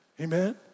Amen